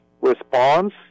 response